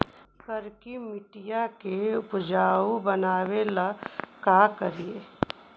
करिकी मिट्टियां के उपजाऊ बनावे ला का करी?